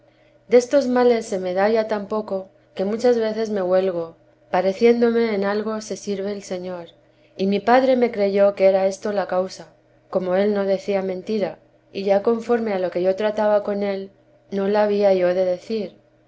ha destos males se me da ya tan poco que muchas veces me huelgo pareciéndome en algo se sirve el señor y mi padre me creyó que era esta la causa como él no decía mentira y ya conforme a lo que yo trataba con él no la había yo de decir